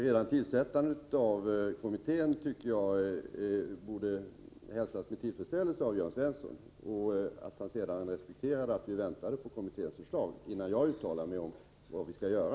Redan tillsättandet av kommittén tycker jag borde hälsas med tillfredsställelse av Jörn Svensson. Sedan bör han respektera att vi väntar på kommitténs förslag, innan jag uttalar mig om vad vi skall göra.